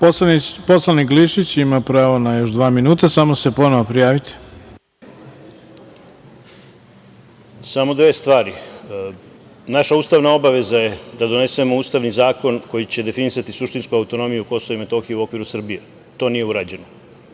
Hvala. Poslanik Glišić ima pravo na još dva minuta. Samo se ponovo prijavite. **Vladan Glišić** Samo dve stvari. Našta ustavna obaveza je da donesemo ustavni zakon koji će definisati suštinsku autonomiju Kosova i Metohije u okviru Srbije. To nije urađeno.